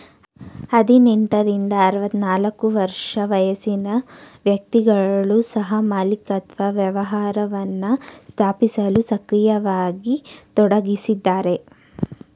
ಹದಿನೆಂಟ ರಿಂದ ಆರವತ್ತನಾಲ್ಕು ವರ್ಷ ವಯಸ್ಸಿನ ವ್ಯಕ್ತಿಗಳು ಸಹಮಾಲಿಕತ್ವ ವ್ಯವಹಾರವನ್ನ ಸ್ಥಾಪಿಸಲು ಸಕ್ರಿಯವಾಗಿ ತೊಡಗಿಸಿದ್ದಾರೆ